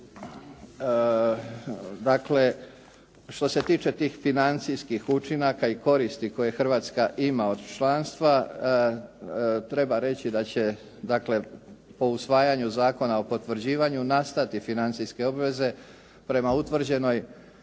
dakle što se tiče financijskih učinaka i koristi koje Hrvatska ima od članstva treba reći da će, dakle po usvajanju Zakona o potvrđivanju nastati financijske obveze prema utvrđenoj